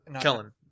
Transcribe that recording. Kellen